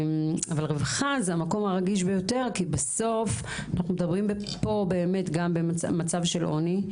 אבל רווחה זה המקום הרגיש ביותר כי אנחנו מדברים על מצב של עוני,